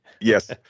Yes